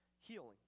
healing